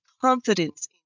confidence